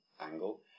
angle